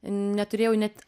neturėjau net